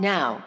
Now